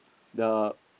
the